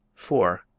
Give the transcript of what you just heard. four.